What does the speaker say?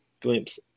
glimpse